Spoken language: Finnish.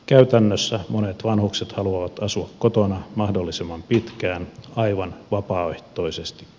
käytännössä monet vanhukset haluavat asua kotona mahdollisimman pitkään aivan vapaaehtoisestikin